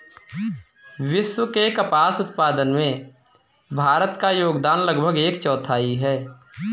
विश्व के कपास उत्पादन में भारत का योगदान लगभग एक चौथाई है